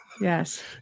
Yes